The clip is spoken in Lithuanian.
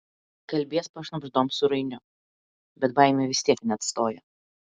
kalbies pašnabždom su rainiu bet baimė vis tiek neatstoja